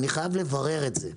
אני חייב לברר את זה,